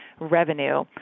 revenue